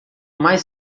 mais